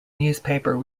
newspaper